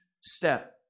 step